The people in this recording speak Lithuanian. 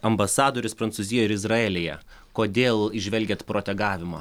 ambasadorius prancūzijoj ir izraelyje kodėl įžvelgiat protegavimą